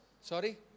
Sorry